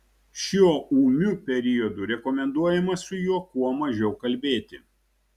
šiuo ūmiu periodu rekomenduojama su juo kuo mažiau kalbėti